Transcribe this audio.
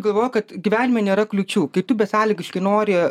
galvoju kad gyvenime nėra kliūčių kai tu besąlygiškai nori